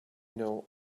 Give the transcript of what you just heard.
know